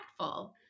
impactful